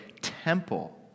temple